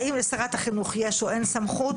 האם לשרת החינוך יש או אין סמכות?